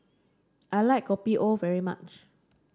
I like Kopi O very much